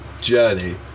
journey